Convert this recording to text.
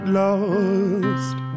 lost